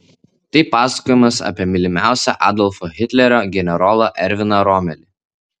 tai pasakojimas apie mylimiausią adolfo hitlerio generolą erviną romelį